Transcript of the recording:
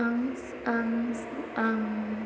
आं